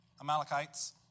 Amalekites